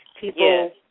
People